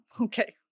okay